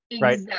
right